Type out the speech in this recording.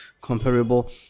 comparable